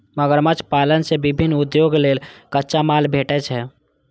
मगरमच्छ पालन सं विभिन्न उद्योग लेल कच्चा माल भेटै छै